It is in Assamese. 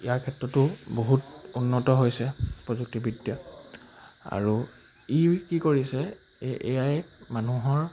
ইয়াৰ ক্ষেত্ৰতো বহুত উন্নত হৈছে প্ৰযুক্তিবিদ্যা আৰু ই কি কৰিছে এই এ আই মানুহৰ